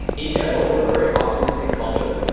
in general, we're a very optimistic culture.